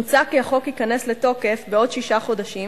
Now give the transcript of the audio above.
מוצע כי החוק ייכנס לתוקף בעוד שישה חודשים,